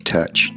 Touch